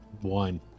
One